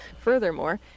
Furthermore